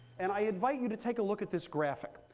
and i invite you to take a look at this graphic.